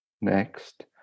next